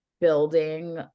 building